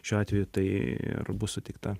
šiuo atveju tai ar bus suteikta